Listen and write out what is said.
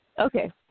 Okay